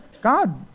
God